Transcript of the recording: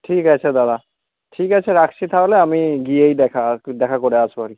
ঠিক আছে দাদা ঠিক আছে রাখছি তাহলে আমি গিয়েই দেখা দেখা করে আসবো আর কি